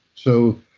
so,